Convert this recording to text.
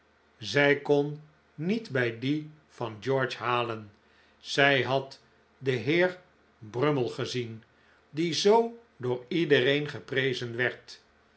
zij kon niet bij die van george halen zij had den heer brummell gezien die zoo door iedereen